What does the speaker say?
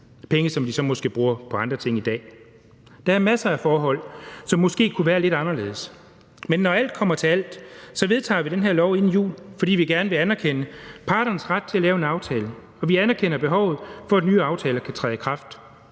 penge, som de så måske bruger på andre ting i dag. Der er masser af forhold, som måske kunne være lidt anderledes, men når alt kommer til alt, vedtager vi det her lovforslag inden jul, fordi vi gerne vil anerkende parternes ret til at lave en aftale, og vi anerkender behovet for, at nye aftaler kan træde i kraft.